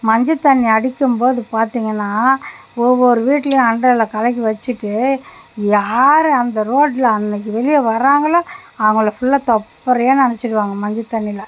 மஞ்சள் தண்ணி அடிக்கும் போது பார்த்தீங்கன்னா ஒவ்வொரு வீட்லேயும் அண்டாவில் கலக்கி வச்சுட்டு யார் அந்த ரோட்டில் அன்றைக்கி வெளியே வராங்களோ அவங்கள ஃபுல்லாக தொப்பரையா நனச்சுருவாங்க மஞ்சள் தண்ணியில்